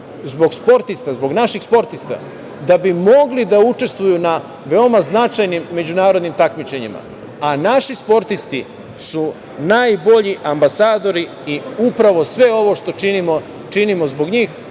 zbog sportista, zbog naših sportista da bi mogli da učestvuju na veoma značajnim međunarodnim takmičenjima, a naši sportisti su najbolji ambasadori i upravo sve ovo što činimo, činimo zbog njih,